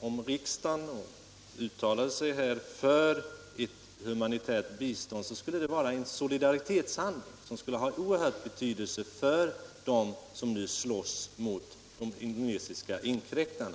från riksdagen för ett humanitärt bistånd skulle vara en solidaritetshandling av oerhörd betydelse för dem som nu slåss mot de indonesiska inkräktarna.